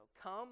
come